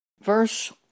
Verse